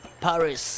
Paris